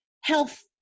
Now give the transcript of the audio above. health